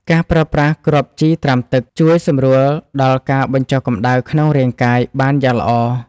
ការប្រើប្រាស់គ្រាប់ជីត្រាំទឹក ជួយសម្រួលដល់ការបញ្ចុះកម្តៅក្នុងរាងកាយបានយ៉ាងល្អ។